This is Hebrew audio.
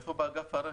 איפה באגף הרכב?